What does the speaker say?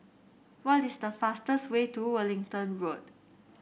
what is the fastest way to Wellington Road